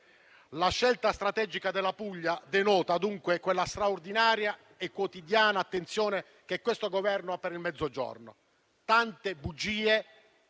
La scelta strategica della Puglia denota, dunque, quella straordinaria e quotidiana attenzione che questo Governo ha per il Mezzogiorno. Tante bugie